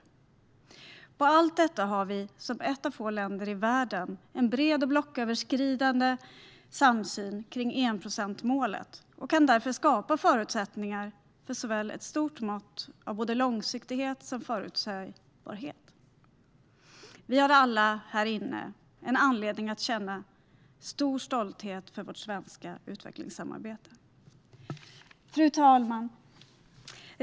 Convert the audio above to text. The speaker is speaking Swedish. När det gäller allt detta har vi som ett av få länder i världen en bred och blocköverskridande samsyn om enprocentsmålet och kan därför skapa förutsättningar för ett stort mått av såväl långsiktighet som förutsägbarhet. Vi har alla här inne en anledning att känna stor stolthet över vårt svenska utvecklingssamarbete. Fru ålderspresident!